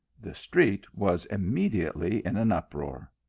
the street was immediately in an uproar.